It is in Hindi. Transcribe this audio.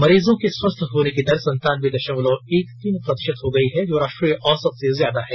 मरीजों के स्वस्थ होने की दर संतानबे दशमलव एक तीन प्रतिशत हो गई है जो राष्ट्रीय औसत से ज्यादा है